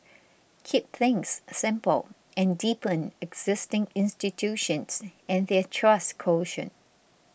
keep things simple and deepen existing institutions and their trust quotient